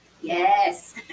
Yes